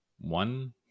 one